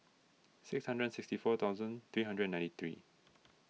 six hundred and sixty four thousand three hundred and ninety three